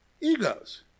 Egos